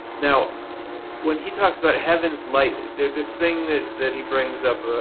now when he talks about heaven's light there is this thing that that he brings up.